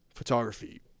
Photography